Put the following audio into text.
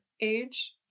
age